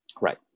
Right